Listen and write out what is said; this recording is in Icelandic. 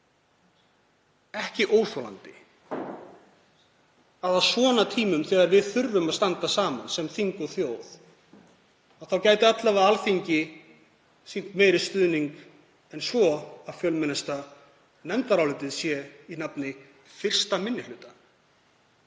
vera óþolandi, að á svona tímum, þegar við þurfum að standa saman sem þing og þjóð, gæti Alþingi sýnt meiri stuðning en svo að fjölmennasta nefndarálitið sé í nafni 1. minni hluta.